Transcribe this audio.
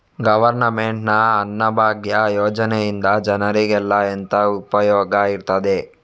Government ನ ಅನ್ನಭಾಗ್ಯ ಯೋಜನೆಯಿಂದ ಜನರಿಗೆಲ್ಲ ಎಂತ ಉಪಯೋಗ ಇರ್ತದೆ?